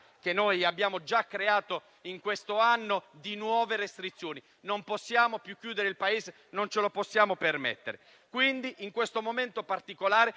che noi abbiamo già creato in questo anno, di assenza di nuove restrizioni. Non possiamo più chiudere il Paese, non ce lo possiamo permettere. Di conseguenza, in questo momento particolare